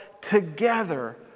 together